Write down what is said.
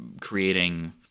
creating